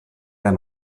that